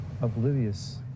oblivious